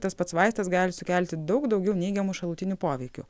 tas pats vaistas gali sukelti daug daugiau neigiamų šalutinių poveikių